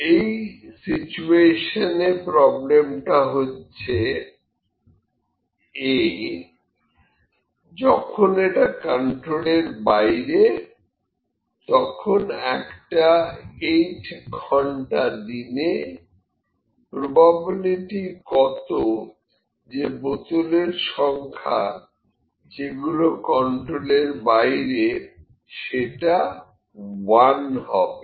এই সিচুয়েশনে প্রবলেমটা হচ্ছে a যখন এটা কন্ট্রোলের বাইরে তখন একটা 8 ঘন্টা দিনে প্রবাবিলিটি কত যে বোতলের সংখ্যা যেগুলি কন্ট্রোলের বাইরে সেটা 1 হবে